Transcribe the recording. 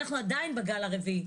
אנחנו עדיין בגל הרביעי,